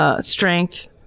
Strength